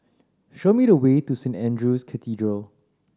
show me the way to Saint Andrew's Cathedral